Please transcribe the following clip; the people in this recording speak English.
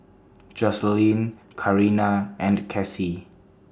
Jocelynn Karina and Casie